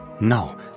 No